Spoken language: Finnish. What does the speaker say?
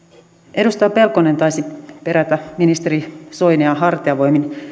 edustaja pelkonen taisi perätä ministeri soinia hartiavoimin